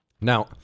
Now